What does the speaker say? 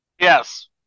Yes